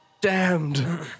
Damned